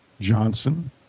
Johnson